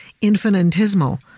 infinitesimal